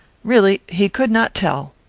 really, he could not tell.